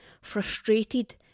Frustrated